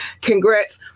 congrats